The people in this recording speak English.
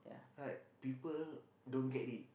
right people don't get it